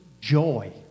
joy